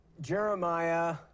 Jeremiah